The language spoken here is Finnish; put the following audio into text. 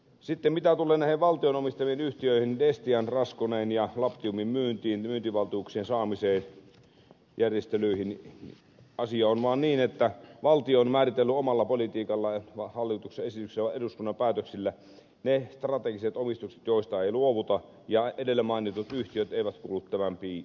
sitten mitä tulee näihin valtion omistamiin yhtiöihin destian raskoneen ja labtiumin myyntiin myyntivaltuuksien saamisen järjestelyihin asia on vaan niin että valtio on määritellyt omalla politiikallaan hallituksen esityksellä ja eduskunnan päätöksillä ne strategiset omistukset joista ei luovuta ja edellä mainitut yhtiöt eivät kuulu tämän piiriin